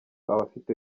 abafite